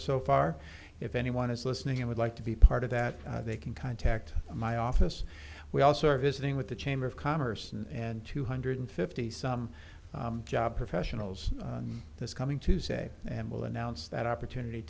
so far if anyone is listening and would like to be part of that they can contact my office we also are visiting with the chamber of commerce and two hundred fifty some job professionals this coming tuesday and will announce that opportunity